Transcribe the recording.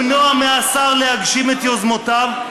למנוע מהשר להגשים את יוזמותיו,